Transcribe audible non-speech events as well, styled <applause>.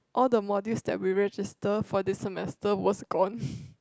all the modules that we register for this semester was gone <breath>